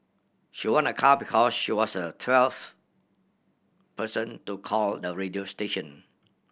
she won a car because she was a twelfth person to call the radio station